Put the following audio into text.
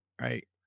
right